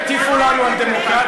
אתם תטיפו לנו על דמוקרטיה?